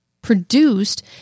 Produced